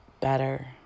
better